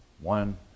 One